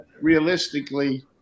realistically